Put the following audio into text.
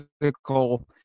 physical